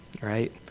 right